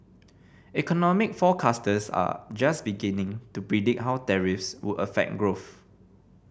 economic forecasters are just beginning to predict how tariffs would affect growth